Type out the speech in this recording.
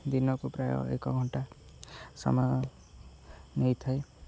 ଦିନକୁ ପ୍ରାୟ ଏକ ଘଣ୍ଟା ସମୟ ନେଇଥାଏ